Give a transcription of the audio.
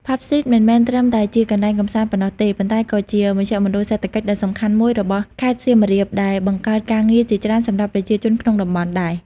Pub Street មិនមែនត្រឹមតែជាកន្លែងកម្សាន្តប៉ុណ្ណោះទេ ប៉ុន្តែក៏ជាមជ្ឈមណ្ឌលសេដ្ឋកិច្ចដ៏សំខាន់មួយរបស់ខេត្តសៀមរាប ដែលបង្កើតការងារជាច្រើនសម្រាប់ប្រជាជនក្នុងតំបន់ដែរ។